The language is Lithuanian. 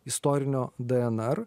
istorinio dnr